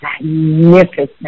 magnificent